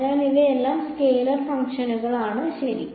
അതിനാൽ ഇവയെല്ലാം സ്കെയിലർ ഫംഗ്ഷനുകളാണ് ശരി